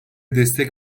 destek